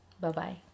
Bye-bye